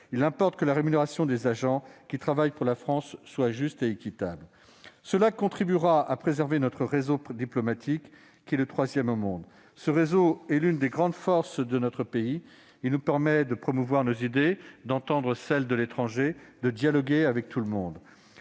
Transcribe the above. Il importe que la rémunération des agents qui travaillent pour la France soit juste et équitable. Cela contribuera à préserver notre réseau diplomatique- le troisième au monde -, qui s'impose comme l'une des grandes forces de notre pays ; il nous permet de promouvoir nos idées, d'entendre celles de l'étranger, et de dialoguer avec tout le monde.